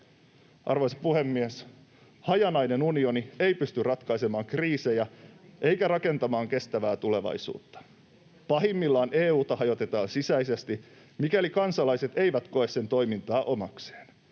Arvoisa puhemies! Hajanainen unioni ei pysty ratkaisemaan kriisejä eikä rakentamaan kestävää tulevaisuutta. Pahimmillaan EU:ta hajotetaan sisäisesti, mikäli kansalaiset eivät koe sen toimintaa omakseen.